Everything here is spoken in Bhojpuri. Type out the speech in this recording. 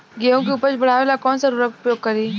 गेहूँ के उपज बढ़ावेला कौन सा उर्वरक उपयोग करीं?